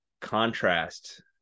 contrast